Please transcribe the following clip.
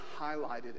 highlighted